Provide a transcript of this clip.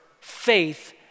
faith